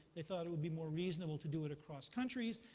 they thought it would be more reasonable to do it across countries.